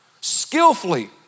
skillfully